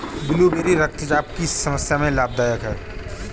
blueberry रक्तचाप की समस्या में लाभदायक है